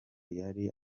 yari